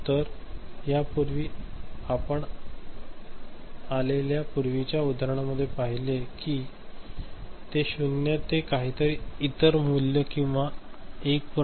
तर यापूर्वी आम्ही आपल्याला पूर्वीच्या उदाहरणांमधे पाहिले आहे ते शून्य ते काहीतरी इतर मूल्य किंवा 1